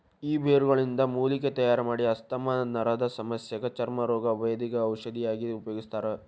ಈ ಬೇರುಗಳಿಂದ ಮೂಲಿಕೆ ತಯಾರಮಾಡಿ ಆಸ್ತಮಾ ನರದಸಮಸ್ಯಗ ಚರ್ಮ ರೋಗ, ಬೇಧಿಗ ಔಷಧಿಯಾಗಿ ಉಪಯೋಗಿಸ್ತಾರ